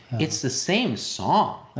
it's the same song,